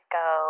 go